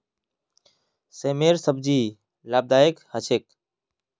सेमेर सब्जी लाभदायक ह छेक